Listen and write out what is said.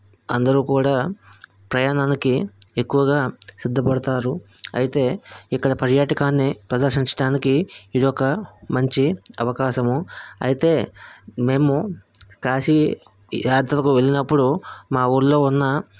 అందరూ కూడా ప్రయాణానికి ఎక్కువగా సిద్ధపడతారు అయితే ఇక్కడ పర్యాటకాన్ని ప్రదర్శించటానికి ఇదొక మంచి అవకాశము అయితే మేము కాశీ యాత్రకు వెళ్ళినప్పుడు మా ఊరిలో ఉన్న